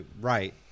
right